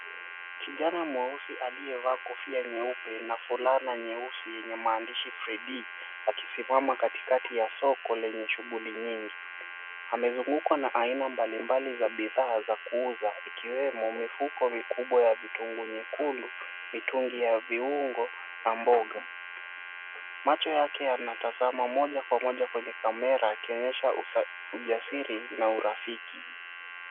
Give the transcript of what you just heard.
Kijana mweusi aliyevaa kofia nyeupe na fulana nyeusi yenye maandishi Fredy akisimama katikati ya soko lenye shughuli nyingi amezungukwa na aina mbalimbali za bidhaa za kuuza ikiwemo mifuko mikubwa ya vitunguu nyekundu, mitungi ya viungo na mboga. Macho yake yanatazama moja kwa moja kwenye kamera akionyesha ujasiri na urafiki.